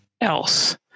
else